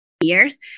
years